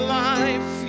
life